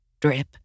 Drip